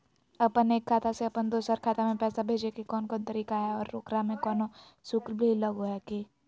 अपन एक खाता से अपन दोसर खाता में पैसा भेजे के कौन कौन तरीका है और ओकरा में कोनो शुक्ल भी लगो है की?